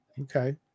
Okay